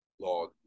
Lord